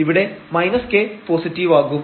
ഇവിടെ k positive ആകും